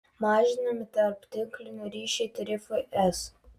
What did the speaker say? mažinami tarptinklinio ryšio tarifai es